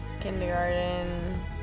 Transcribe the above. Kindergarten